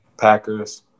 Packers –